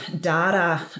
data